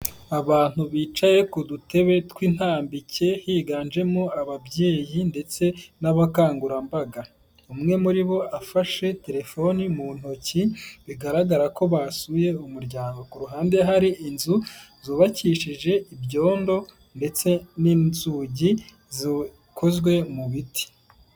Abantu bicaye ku dutebe tw'intambike higanjemo ababyeyi ndetse n'abakangurambaga. Umwe muri bo afashe terefoni mu ntoki, bigaragara ko basuye umuryango. Ku ruhande hari inzu zubakishije ibyondo ndetse n'inzugi zikozwe mu biti.